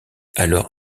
alors